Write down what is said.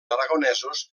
aragonesos